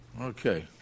Okay